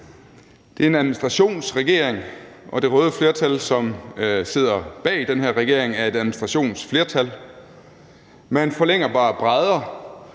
Det er en administrationsregering, og det røde flertal, som sidder bag den her regering, er et administrationsflertal. Man forlænger bare brædder.